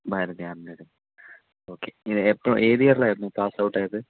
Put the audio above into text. ഭാരതിയാർ അല്ലേ ഓക്കേ എപ്പോൾ ഏതു ഇയറിലായിരുന്നു പാസ്സ്ഔട്ടായത്